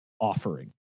offering